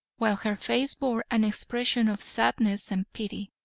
while her face bore an expression of sadness and pity.